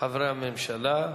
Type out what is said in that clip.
חברי הממשלה.